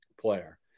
player